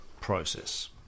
process